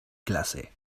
clase